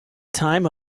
time